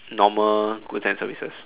normal goods and services